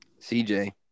CJ